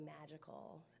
magical